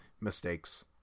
mistakes